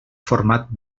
format